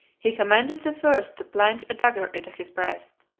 he commanded the first to plunge a dagger into his breast,